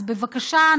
אז בבקשה,